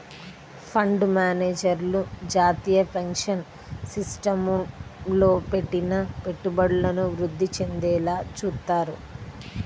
fund మేనేజర్లు జాతీయ pension సిస్టమ్లో పెట్టిన పెట్టుబడులను వృద్ధి చెందేలా చూత్తారు